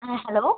ആ ഹലോ